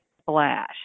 splash